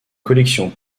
collections